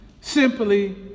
simply